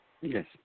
Yes